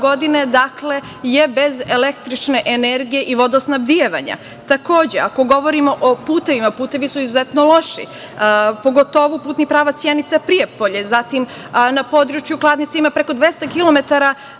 godine je bez električne energije i vodosnabdevanja. Takođe, ako govorimo o putevima, putevi su izuzetno loši, pogotovo putni pravac Sjenica-Prijepolje, zatim na području Kladnice ima preko 200